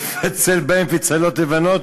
ויפצל בהן פצלות לבנות",